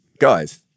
guys